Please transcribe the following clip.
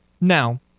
Now